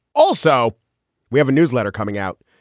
also we have a newsletter coming out.